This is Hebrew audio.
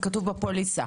כתוב בפוליסה.